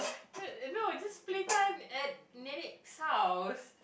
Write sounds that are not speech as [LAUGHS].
[LAUGHS] no it's just play time and nenek house